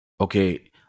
okay